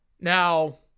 Now